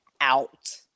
out